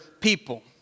people